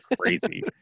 crazy